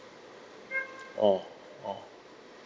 oh oh